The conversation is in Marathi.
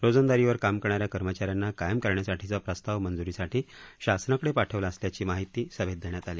रोजंदारीवर काम करणाऱ्या कर्मचाऱ्यांना कायम करण्यासाठीचा प्रस्ताव मंजुरीसाठी शासनाकडे पाठवला असल्याची माहिती सभेत देण्यात आली